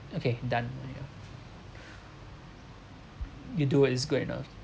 okay done you do is good enough